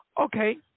Okay